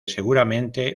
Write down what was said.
seguramente